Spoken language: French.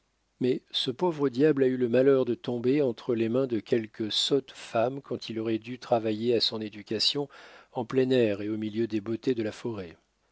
mais ce pauvre diable a eu le malheur de tomber entre les mains de quelque sotte femme quand il aurait dû travailler à son éducation en plein air et au milieu des beautés de la forêt